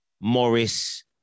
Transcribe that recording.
Morris